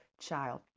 child